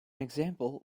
example